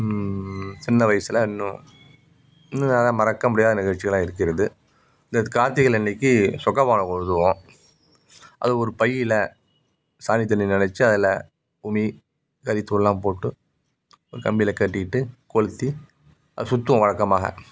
சின்ன வயதுல இன்னும் இன்னும் நிறையா மறக்க முடியாத நிகழ்ச்சிகள்ளெல்லாம் இருக்கிறது இந்த கார்த்திகையில் அன்றைக்கு சொக்கபணம் கொளுத்துவோம் அது ஒரு பையில் சாணி தண்ணியை நனைச்சு அதில் உமி கரித்தூள்லாம் போட்டு ஒரு கம்பியில கட்டிகிட்டு கொளுத்தி அது சுற்றுவோம் வழக்கமாக